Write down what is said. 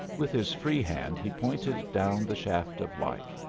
with his free hand he pointed down the shaft of light.